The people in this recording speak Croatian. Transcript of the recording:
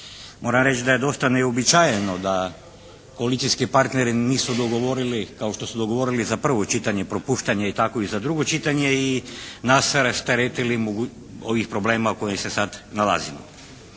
Moram reći da je dosta neuobičajeno da koalicijski partneri nisu dogovorili kao što su dogovorili za prvo čitanje propuštanje i tako i za drugo čitanje i nas rasteretili ovih problema u kojima se sad nalazimo.